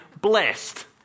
blessed